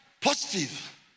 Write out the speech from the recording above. Positive